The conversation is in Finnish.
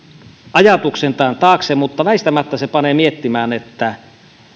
ajatuksen tämän taakse mutta väistämättä se panee miettimään että